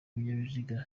ibinyabiziga